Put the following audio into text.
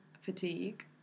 fatigue